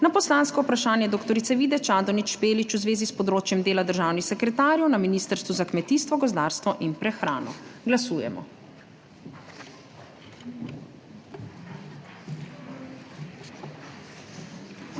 na poslansko vprašanje dr. Vide Čadonič Špelič v zvezi s področjem dela državnih sekretarjev na Ministrstvu za kmetijstvo, gozdarstvo in prehrano. Glasujemo.